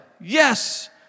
yes